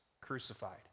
crucified